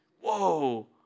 Whoa